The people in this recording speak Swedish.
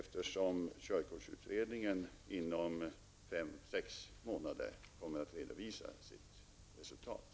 Körkortsutredningen kommer inom fem à sex månader att redovisa resultatet av sitt arbete.